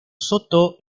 soto